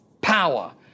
power